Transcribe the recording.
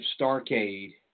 Starcade